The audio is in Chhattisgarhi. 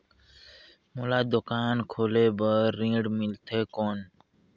मोला दुकान खोले बार ऋण मिलथे कौन?